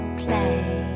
play